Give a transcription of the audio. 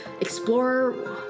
explore